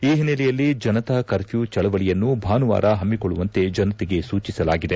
ಈ ಹಿನ್ನೆಲೆಯಲ್ಲಿ ಜನತಾ ಕರ್ಫ್ಲೂ ಚಳವಳಯನ್ನು ಭಾನುವಾರ ಹಮ್ನಿಕೊಳ್ಳುವಂತೆ ಜನತೆಗೆ ಸೂಚಿಸಲಾಗಿದೆ